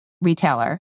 retailer